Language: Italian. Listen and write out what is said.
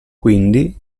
quindi